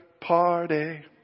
party